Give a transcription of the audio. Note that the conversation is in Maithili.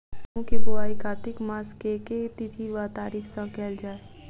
गेंहूँ केँ बोवाई कातिक मास केँ के तिथि वा तारीक सँ कैल जाए?